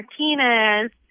Martinez